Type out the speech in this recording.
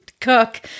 cook